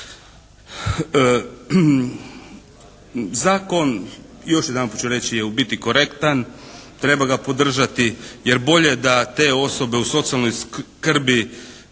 Zakon, još jedanput ću reći u biti je korektan, treba ga podržati jer bolje da te osobe u socijalnoj skrbi